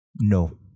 no